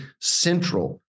central